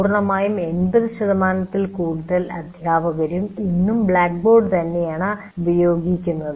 പൂർണ്ണമായും 80 ശതമാനത്തിൽ കൂടുതൽ അധ്യാപകരും ഇന്നും ബ്ലാക്ക് ബോർഡ് ആണ് ഉപയോഗിക്കുന്നത്